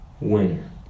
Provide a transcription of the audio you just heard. winner